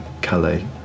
Calais